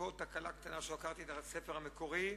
וכאן תקלה קטנה, שלא קראתי את הספר המקורי,